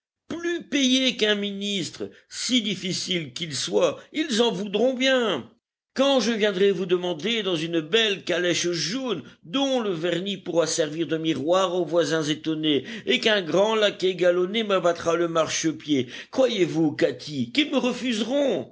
plus payé qu'un ministre si difficiles qu'ils soient ils en voudront bien quand je viendrai vous demander dans une belle calèche jaune dont le vernis pourra servir de miroir aux voisins étonnés et qu'un grand laquais galonné m'abattra le marchepied croyez-vous katy qu'ils me refuseront